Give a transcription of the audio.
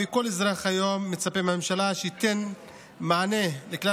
כל אזרח היום מצפה מהממשלה שתיתן מענה לכלל